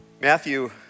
Matthew